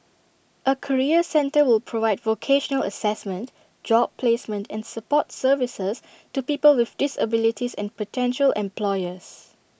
A career centre will provide vocational Assessment job placement and support services to people with disabilities and potential employers